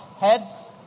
Heads